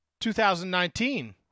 2019